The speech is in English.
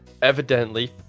evidently